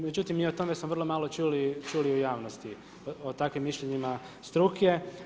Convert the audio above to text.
Međutim i o tome smo vrlo malo čuli u javnosti, o takvim mišljenjima struke.